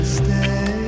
stay